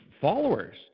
followers